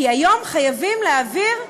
כי היום חייבים להעביר,